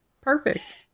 Perfect